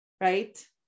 right